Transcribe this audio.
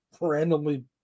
randomly